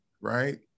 right